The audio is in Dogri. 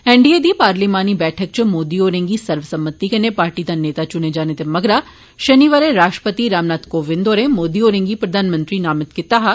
एनडीए दी पार्लियामानी बैठक च मोदी होरें गी सर्वसम्मति कन्नै पार्टी दा नेता चुने जाने दे मगरा शनिवारें राष्ट्रपति रामनाथ कोविंद होरें मोदी होरें गी प्रधानमंत्री नामित कीता हा